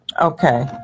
Okay